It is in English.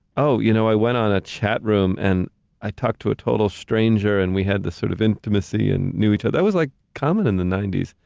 oh, you know, i went on a chat room and i talked to a total stranger and we had this sort of intimacy and knew each other. that was like common in the ninety s,